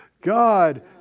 God